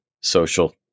social